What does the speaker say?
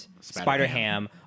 Spider-Ham